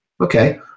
okay